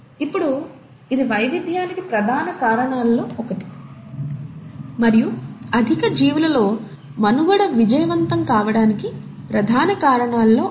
ఇప్పుడు ఇది వైవిధ్యానికి ప్రధాన కారణాలలో ఒకటి మరియు అధిక జీవులలో మనుగడ విజయవంతం కావడానికి ప్రధాన కారణాలలో ఒకటి